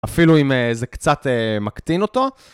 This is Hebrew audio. אפילו אם זה קצת מקטין אותו.